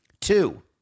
two